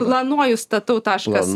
planuoju statau taškas